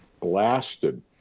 blasted